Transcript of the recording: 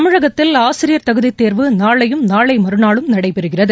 தமிழகத்தில் ஆசிரியர் தகுதிதேர்வு நாளையும் நாளைமறுநாளும் நடைபெறுகிறது